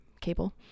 cable